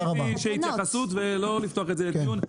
רק רציתי התייחסות ולא לפתוח את זה לדיון.